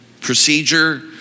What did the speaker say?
procedure